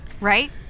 Right